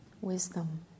Wisdom